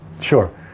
Sure